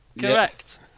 Correct